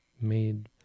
made